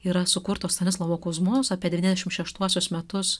yra sukurtos stanislovo kuzmos apie devyniasdešim šeštuosius metus